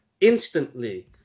instantly